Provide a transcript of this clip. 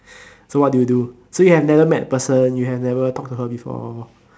so what do you do so you have never met the person you have never talk to her before